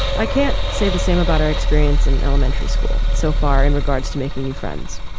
i can't say the same about our experience in elementary school so far in regards to making new friends.